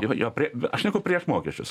jo jo pre aš šneku prieš mokesčius